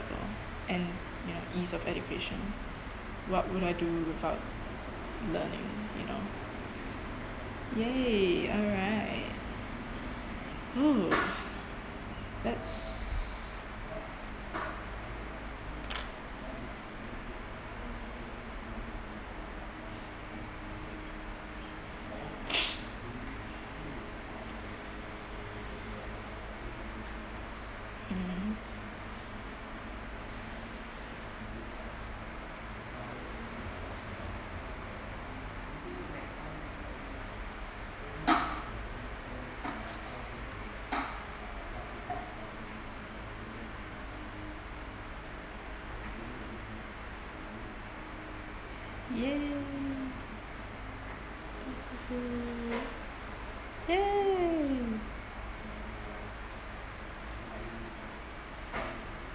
level and you know ease of education what would I do without learning you know !yay! alright oo that's mmhmm !yay! !yay!